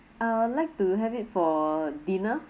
I would like to have it for dinner